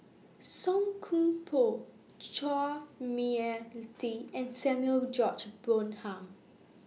Song Koon Poh Chua Mia Tee and Samuel George Bonham